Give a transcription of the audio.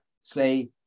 say